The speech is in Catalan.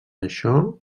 això